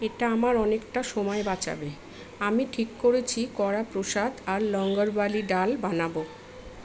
এটা আমার অনেকটা সময় বাঁচাবে আমি ঠিক করেছি কড়া প্রসাদ আর লঙ্গরবালি ডাল বানাবো